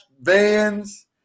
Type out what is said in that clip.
vans